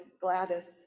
Gladys